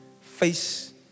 face